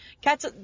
Cats